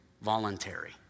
Voluntary